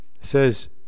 says